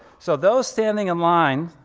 so those standing in line,